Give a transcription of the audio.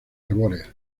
arbóreas